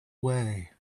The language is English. way